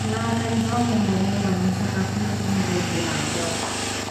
Manahakan'izao Ñy mombamomba ñy sakafo ny ñ'olo Novelizelandy ao: